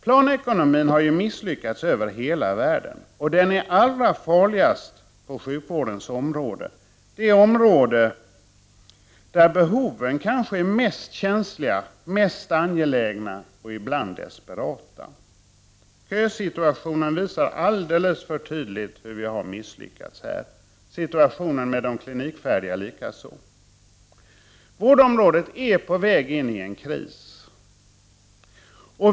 Planekonomin har ju misslyckats över hela världen, och den är allra farligast på sjukvårdens område, det område där behoven kanske är mest känsliga, mest angelägna och ibland desperata. Kösituationen liksom situationen med de ”klinikfärdiga” visar alldeles för tydligt hur vi har misslyckats här. Vårdområdet är på väg in i en kris.